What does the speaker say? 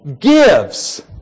gives